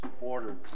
Ordered